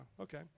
Okay